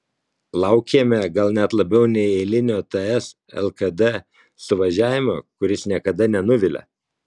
laukėme gal net labiau nei eilinio ts lkd suvažiavimo kuris niekada nenuvilia